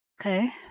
Okay